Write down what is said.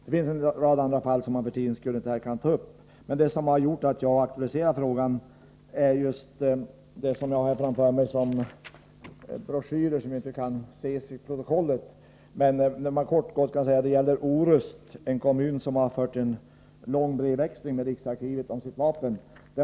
Det finns en rad andra fall, som jag här inte hinner ta upp. Det som gjort att jag aktualiserat denna fråga är broschyrer som jag har framför mig här. Dessa broschyrer kan inte återges i protokollet, men det gäller kort och gott Orust, en kommun som fört en lång brevväxling med riksarkivet om sitt vapen.